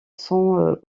sont